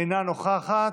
אינה נוכחת,